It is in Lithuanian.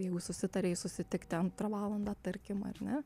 jeigu susitarei susitikti antrą valandą tarkim ar ne